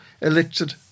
elected